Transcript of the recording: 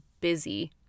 busy